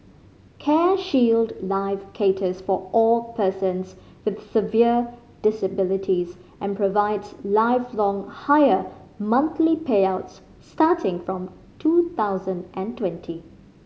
CareShield Life caters for all persons with severe disabilities and provides lifelong higher monthly payouts starting from two thousand and twenty